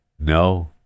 No